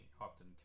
often